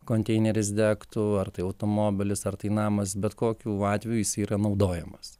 konteineris degtų ar tai automobilis ar tai namas bet kokiu atveju jis yra naudojamas